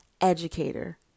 educator